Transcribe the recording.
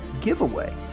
Giveaway